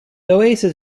oasis